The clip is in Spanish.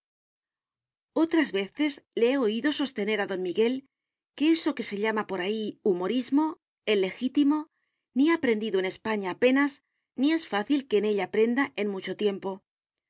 otras veces le he oído sostener a don miguel que eso que se llama por ahí humorismo el legítimo ni ha prendido en españa apenas ni es fácil que en ella prenda en mucho tiempo los